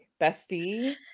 Bestie